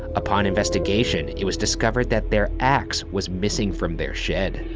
upon investigation, it was discovered that their axe was missing from their shed.